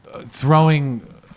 throwing